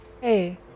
Hey